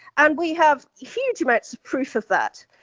and we have huge amounts of proof of that.